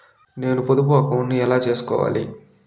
నేను పొదుపు అకౌంటు ను ఎలా సేసుకోవాలి?